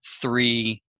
three